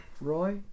Roy